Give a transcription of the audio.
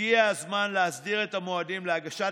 הגיע הזמן להסדיר את המועדים להגשת